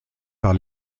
par